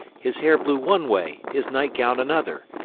his hair blew one way, his night-gown another,